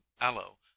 aloe